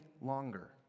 longer